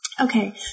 Okay